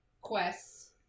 quests